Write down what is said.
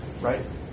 Right